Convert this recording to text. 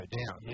down